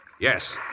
Yes